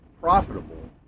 profitable